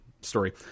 story